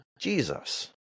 Jesus